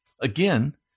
Again